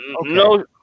no